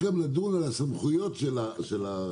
גם לא תקבל.